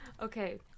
Okay